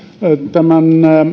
tämän